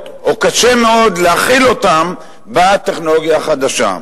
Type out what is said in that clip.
או שקשה מאוד להחיל אותן בטכנולוגיה החדשה.